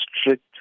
strict